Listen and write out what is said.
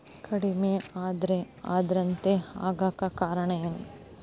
ಕಡಿಮೆ ಆಂದ್ರತೆ ಆಗಕ ಕಾರಣ ಏನು?